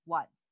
one